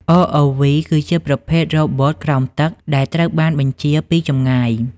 ROV គឺជាប្រភេទរ៉ូបូតក្រោមទឹកដែលត្រូវបានបញ្ជាពីចម្ងាយ។